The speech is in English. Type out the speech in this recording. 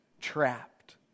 trapped